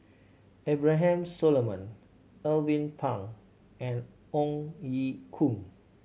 Abraham Solomon Alvin Pang and Ong Ye Kung